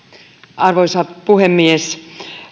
arvoisa puhemies